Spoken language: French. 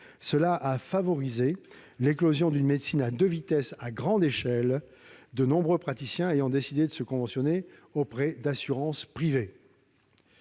Cela a favorisé l'éclosion d'une médecine à deux vitesses à grande échelle, de nombreux praticiens ayant décidé de se conventionner auprès d'assurances privées.